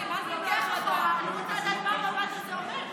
לוקח אחורה, מה זה אומר?